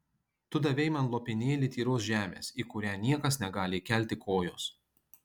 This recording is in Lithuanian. tu davei man lopinėlį tyros žemės į kurią niekas negali įkelti kojos